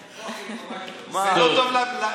זה לא טוב לפריימריז,